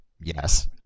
yes